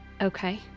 Okay